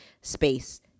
space